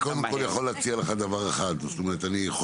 קודם כול, אני יכול להציע לך דבר אחד.